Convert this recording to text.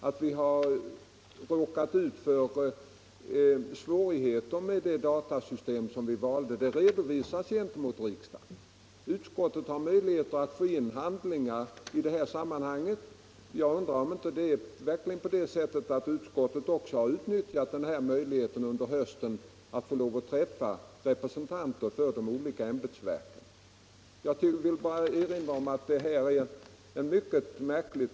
Att vi har haft svårigheter med det datasystem som vi valde 1973 redovisas också för riksdagen. Utskottet har möjligheter att fordra in handlingarna i ärendet, och jag undrar om inte utskottet också under hösten har utnyttjat möjligheten att träffa representanter för de olika ämbetsverken. Jag tycker som sagt att denna herr Danells tanke är mycket märklig.